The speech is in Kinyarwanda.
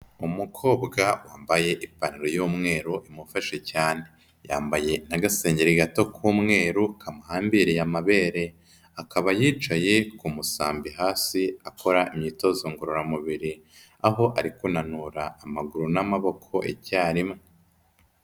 Umukobwa wambaye ipantaro y'umweru imufashe cyane, yambaye n'agasengeri gato k'umweru kamuhambiriye amabere, akaba yicaye ku musambi hasi akora imyitozo ngororamubiri, aho ari kunanura amaguru n'amaboko icyarimwe.